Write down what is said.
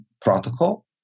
protocol